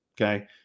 okay